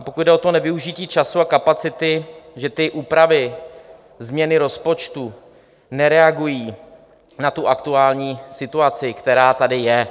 Pokud jde o nevyužití času a kapacity: úpravy, změny rozpočtu nereagují na aktuální situaci, která tady je.